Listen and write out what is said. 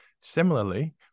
Similarly